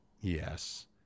Yes